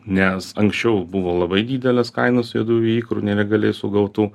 nes anksčiau buvo labai didelės kainos juodųjų ikrų nelegaliai sugautų